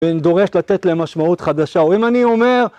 ודורש לתת להם משמעות חדשה, או אם אני אומר...